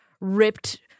ripped